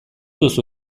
duzu